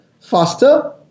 faster